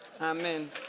Amen